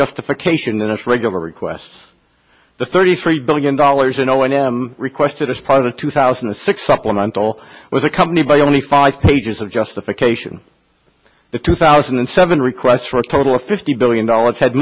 justification than its regular requests the thirty three billion dollars and requested as part of the two thousand and six supplemental was accompanied by only five pages of justification the two thousand and seven request for a total of fifty billion dollars had